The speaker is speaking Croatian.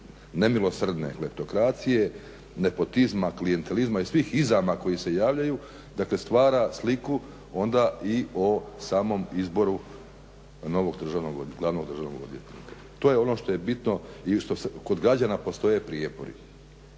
nemilosrdne kleptokracije, nepotizma, klijentizma i svih izma koji se javljaju dakle stvara sliku onda i o samom izboru novog glavnog državnog odvjetnika. To je ono što je bitno i što kod građana postoje prijepori.